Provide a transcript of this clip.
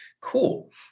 Cool